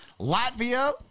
Latvia